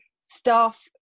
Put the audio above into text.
Staff